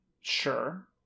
Sure